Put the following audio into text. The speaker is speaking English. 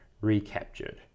recaptured